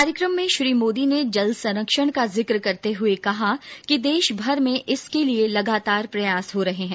कार्यक्रम में श्री मोदी ने जल संरक्षण का जिक्र करते हुए कहा कि देशभर में इसके लिए लगातार प्रयास हो रहे है